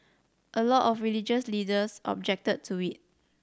a lot of religious leaders objected to it